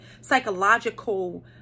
psychological